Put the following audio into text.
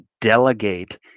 delegate